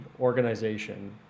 organization